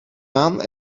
aan